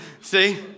See